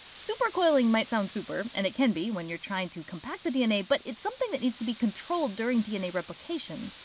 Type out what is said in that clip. supercoiling might sound super and it can be when you're trying to compact dna, but it's something that needs to be controlled during dna replication.